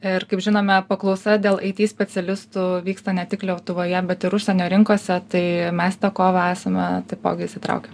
ir kaip žinome paklausa dėl it specialistų vyksta ne tik lietuvoje bet ir užsienio rinkose tai mes į tą kovą esame taipogi įsitraukę